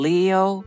Leo